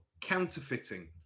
counterfeiting